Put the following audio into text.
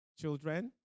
children